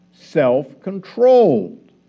self-controlled